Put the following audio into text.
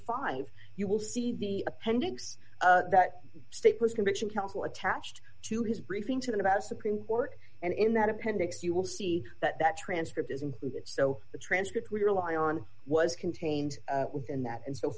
five you will see the appendix that staplers conviction counsel attached to his briefing to them about supreme court and in that appendix you will see that transcript is included so the transcript would rely on was contained within that and so